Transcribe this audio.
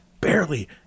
barely